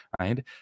right